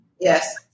Yes